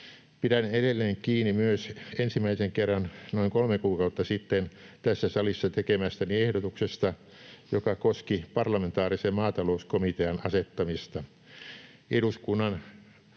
Pidän edelleen kiinni myös ensimmäisen kerran noin kolme kuukautta sitten tässä salissa tekemästäni ehdotuksesta, joka koski parlamentaarisen maatalouskomitean asettamista. Eduskunnan